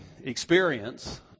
experience